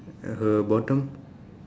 her bottom